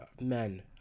men